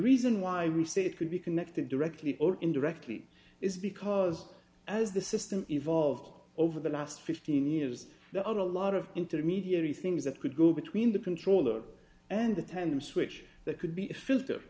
reason why we say it could be connected directly or indirectly is because as the system evolved over the last fifteen years there are a lot of intermediary things that could go between the controller and the tandem switch that could be